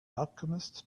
alchemist